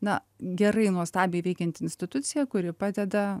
na gerai nuostabiai veikianti institucija kuri padeda